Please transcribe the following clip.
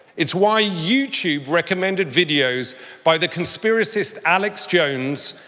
it's why youtube recommended videos by the conspiracist, alex jones,